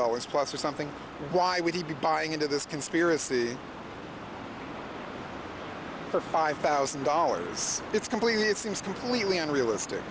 dollars plus or something why would he be buying into this conspiracy for five thousand dollars it's completely it seems completely unrealistic